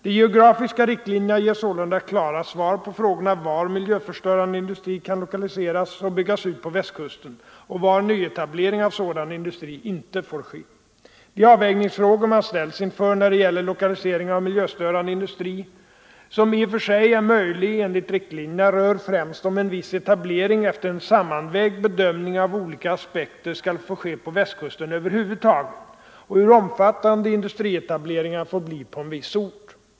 De geografiska riktlinjerna ger sålunda klara svar på frågorna var miljöstörande industri kan lokaliseras och byggas ut på Västkusten och var nyetablering av sådan industri inte får ske. De avvägningsfrågor man ställs inför när det gäller lokalisering av miljöstörande industri, som i och för sig är möjlig enligt riktlinjerna, rör främst om en viss etablering efter en sammanvägd bedömning av olika aspekter skall få ske på Västkusten över huvud taget och hur omfattande industrietableringarna får bli på en viss ort.